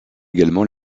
également